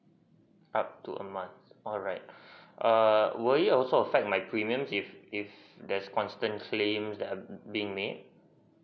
up to a month alright err would it also affect my premium if if there's constant claims that being made